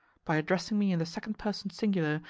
by addressing me in the second person singular,